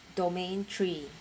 domain three